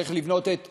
צריך לבנות את הגדר,